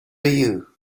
you